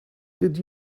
did